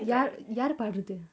யார் யாரு பாட்ரது:yaar yaaru paatrathu